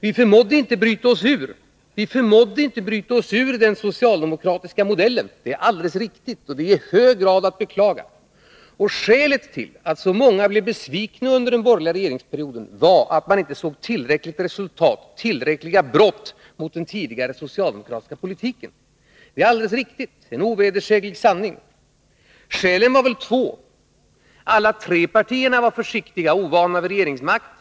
Vi förmådde inte bryta oss ur den socialdemokratiska modellen — det är alldeles riktigt, och det är i hög grad att beklaga. Skälet till att så många blev besvikna under den borgerliga regeringsperioden var att man inte såg tillräckliga resultat — dvs. tillräckliga brott mot den tidigare socialdemokratiska politiken. Det är alldeles riktigt, det är en ovedersäglig sanning. Skälen till detta var väl två: Alla tre partierna var försiktiga och ovana vid regeringsmakten.